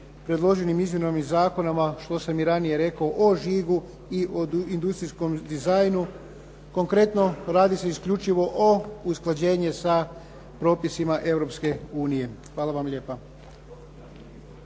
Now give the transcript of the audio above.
predloženim izmjenama zakona, što sam i ranije rekao, o žigu i o industrijskom dizajnu. Konkretno, radi se isključivo o usklađenju s propisima Europske unije. Hvala vam lijepa.